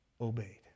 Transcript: obeyed